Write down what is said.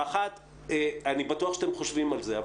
האחת אני בטוח שאתם חושבים על זה,